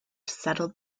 settled